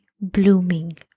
blooming